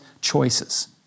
choices